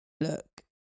look